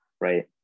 right